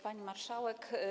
Pani Marszałek!